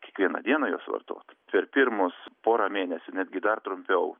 kiekvieną dieną juos vartot per pirmus porą mėnesių netgi dar trumpiau